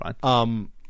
fine